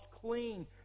clean